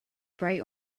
bright